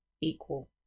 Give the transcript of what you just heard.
equal